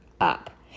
up